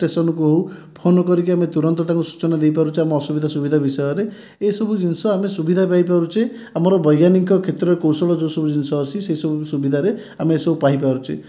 ଷ୍ଟେସନକୁ ହେଉ ଫୋନ୍ କରିକି ଆମେ ତୁରନ୍ତ ତାଙ୍କୁ ସୂଚନା ଦେଇପାରୁଛେ ଆମ ଅସୁବିଧା ସୁବିଧା ବିଷୟରେ ଏସବୁ ଜିନିଷ ଆମେ ସୁବିଧା ପାଇପାରୁଛେ ଆମର ବୈଜ୍ଞାନିକ କ୍ଷେତ୍ରରେ କୌଶଳ ଯେଉଁସବୁ ଜିନିଷ ଅଛି ସେସବୁ ସୁବିଧାରେ ଆମେ ଏସବୁ ପାଇପାରୁଛେ